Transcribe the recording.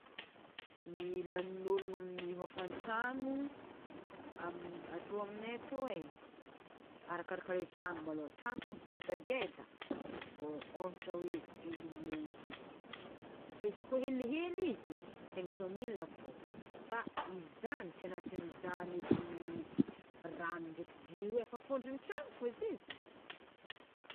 Ny lanin'ologno amin'ny hôfan-tragno atô aminay atô arakaraka tragno malôha tragno koa ngezdangeda ôhatra hoe un million ake fa izy koa helihely izy cinq cent mille ake, fa izy zany tsy agnatin'izany edy rano ndraiky jiro e fa fôndron'ny tragno fô zay zany.